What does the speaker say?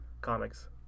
comics